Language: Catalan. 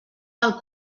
del